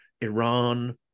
Iran